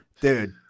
Dude